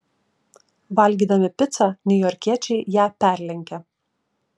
valgydami picą niujorkiečiai ją perlenkia